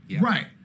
Right